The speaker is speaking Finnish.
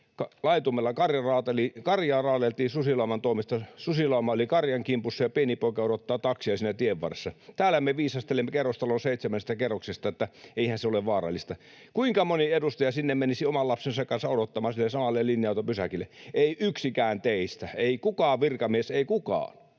laitumella karjaa raadeltiin susilauman toimesta — susilauma oli karjan kimpussa, ja pieni poika odottaa taksia siinä tienvarressa? Täällä me viisastelemme kerrostalon seitsemännestä kerroksesta, että eihän se ole vaarallista. Kuinka moni edustaja sinne menisi oman lapsensa kanssa odottamaan, sille samalle linja-autopysäkille? Ei yksikään teistä, ei kukaan virkamies, ei kukaan,